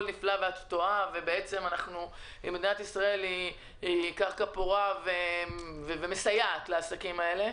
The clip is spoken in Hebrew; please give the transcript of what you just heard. נפלא ושמדינת ישראל היא קרקע פורה המסייעת לעסקים האלה.